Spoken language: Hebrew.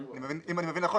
אם אני מבין נכון,